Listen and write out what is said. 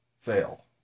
fail